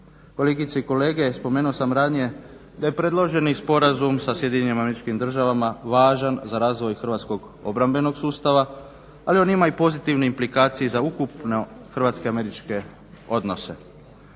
Kolegice i kolege, spomenuo sam ranije da je predloženi sporazum sa SAD-om važan za razvoj hrvatskog obrambenog sustava, ali on ima i pozitivne implikacije za ukupne hrvatsko-američke odnose.